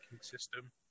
system